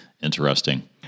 Interesting